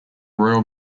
royal